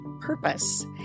purpose